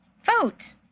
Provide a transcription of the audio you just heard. Vote